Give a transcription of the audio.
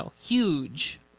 huge